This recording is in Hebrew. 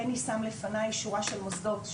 בני שם לפני שורה של מוסדות,